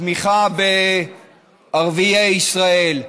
תמיכה בערביי ישראל,